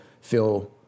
feel